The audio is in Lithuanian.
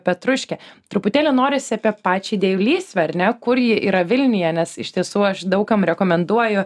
petruške truputėlį norisi apie pačią įdėjų lysvę ar ne kur ji yra vilniuje nes iš tiesų aš daug kam rekomenduoju